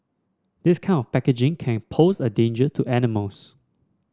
this kind of packaging can pose a danger to animals